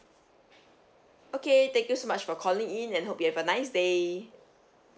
okay thank you so much for calling in and hope you have a nice day